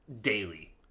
daily